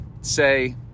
say